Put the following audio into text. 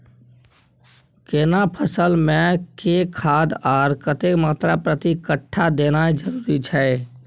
केना फसल मे के खाद आर कतेक मात्रा प्रति कट्ठा देनाय जरूरी छै?